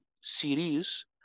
Series